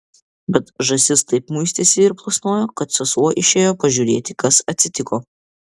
bet žąsis taip muistėsi ir plasnojo kad sesuo išėjo pažiūrėti kas atsitiko